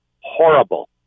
horrible